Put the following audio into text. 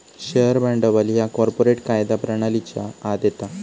share भांडवल ह्या corporate कायदा प्रणालीच्या आत येता